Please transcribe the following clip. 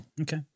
Okay